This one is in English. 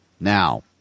now